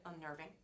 unnerving